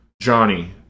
Johnny